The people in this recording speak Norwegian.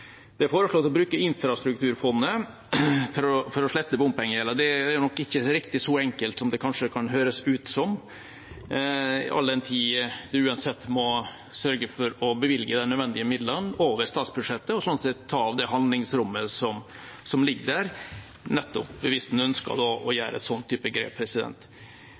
å bruke infrastrukturfondet for å slette bompengegjelden. Det er nok ikke riktig så enkelt som det kanskje kan høres ut som, all den tid en uansett må sørge for å bevilge de nødvendige midlene over statsbudsjettet, og slik sett ta det handlingsrommet som ligger der hvis en ønsker å ta et sånt grep.